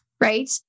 right